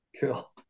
cool